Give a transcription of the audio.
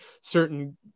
certain